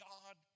God